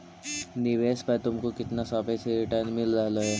निवेश पर तुमको कितना सापेक्ष रिटर्न मिल रहलो हे